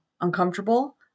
uncomfortable